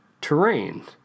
terrain